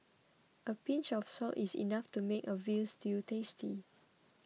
a pinch of salt is enough to make a Veal Stew tasty